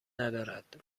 ندارد